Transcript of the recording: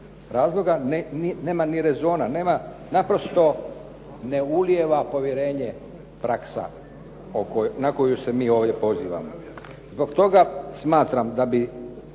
razloga. Nema ni rezona, naprosto ne ulijeva povjerenje praksa na koju se mi ovdje pozivamo. Zbog toga smatram da bi